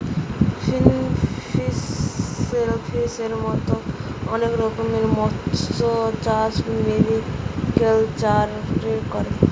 finfish, শেলফিসের মত অনেক রকমের মৎস্যচাষ মেরিকালচারে করে